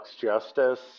justice